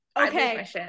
okay